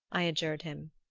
i adjured him.